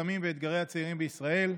סמים ואתגרי הצעירים בישראל,